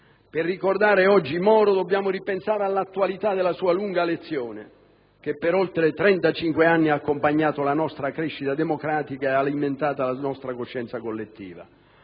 Per ricordare oggi Moro dobbiamo ripensare all'attualità della sua lunga lezione, che per oltre 35 anni ha accompagnato la nostra crescita democratica ed alimentato la nostra coscienza collettiva.